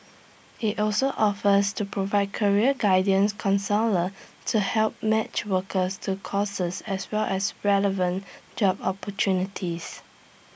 IT also offers to provide career guidance counsellor to help match workers to courses as well as relevant job opportunities